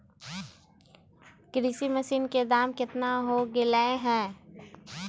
कृषि मशीन के दाम कितना हो गयले है?